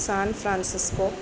San Francisco